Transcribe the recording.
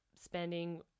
spending